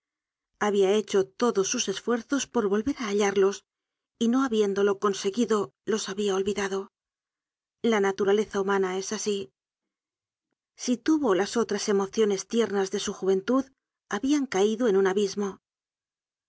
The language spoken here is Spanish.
habia hecho todos sus esfuerzos por volver á hallarlos y no habiéndolo conseguido los habia olvidado la naturaleza humana es asi si tuvo las otras emociones tiernas de su juventud habian caido en un abismo